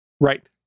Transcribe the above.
right